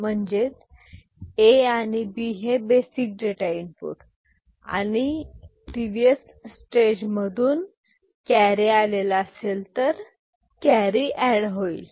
म्हणजे A आणि B basic data input आणि जर प्रीवियस स्टेज मधून कॅरी आला असेल तर कॅरी ऍड होईल